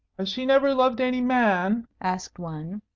has she never loved any man? asked one.